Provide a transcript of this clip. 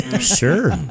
sure